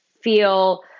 feel